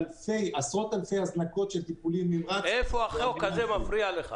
ועשרות אלפי הזנקות של טיפול נמרץ --- איפה החוק הזה מפריע לך?